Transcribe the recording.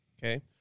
Okay